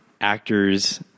actors